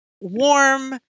warm